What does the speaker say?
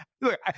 look